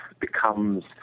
becomes